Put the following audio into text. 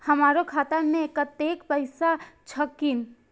हमरो खाता में कतेक पैसा छकीन?